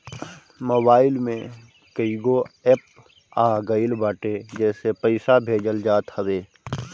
mobile में कईगो app आ गईल बाटे जेसे पईसा भेजल जात हवे